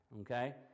Okay